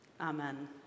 Amen